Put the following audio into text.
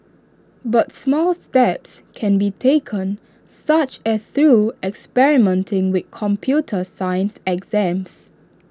but small steps can be taken such as through experimenting with computer science exams